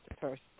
first